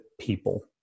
people